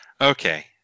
Okay